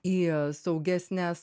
į saugesnes